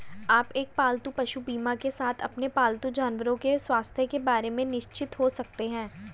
आप एक पालतू पशु बीमा के साथ अपने पालतू जानवरों के स्वास्थ्य के बारे में निश्चिंत हो सकते हैं